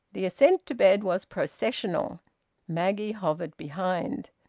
the ascent to bed was processional maggie hovered behind.